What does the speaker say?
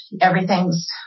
everything's